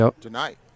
tonight